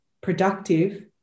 productive